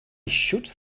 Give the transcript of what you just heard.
should